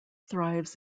thrives